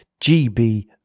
GB